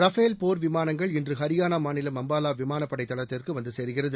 Rafale போர் விமானங்கள் இன்று ஹரியானா மாநிலம் அம்பாலா விமானப்படை தளத்திற்கு வந்து சேருகிறது